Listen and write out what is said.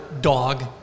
dog